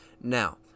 Now